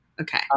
Okay